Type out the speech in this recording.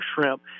shrimp